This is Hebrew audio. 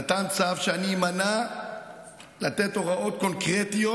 נתן צו שאני אימנע מלתת הוראות קונקרטיות